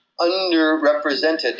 underrepresented